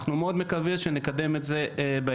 אנחנו מאוד מקווים שנקדם את זה בהקדם.